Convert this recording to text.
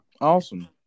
Awesome